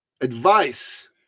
advice